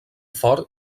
fort